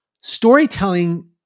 storytelling